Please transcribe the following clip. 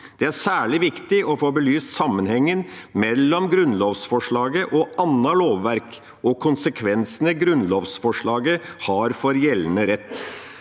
Det er særlig viktig å få belyst sammenhengen mellom grunnlovsforslaget og annet lovverk og konsekvensene grunnlovsforslaget har for gjeldende rett.